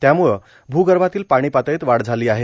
त्यामुळे भूगर्भातील पाणी पातळीत वाढ झाली आहे